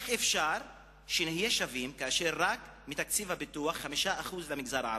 איך אפשר שנהיה שווים כאשר רק מתקציב הפיתוח 5% למגזר הערבי?